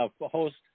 host